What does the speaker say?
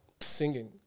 singing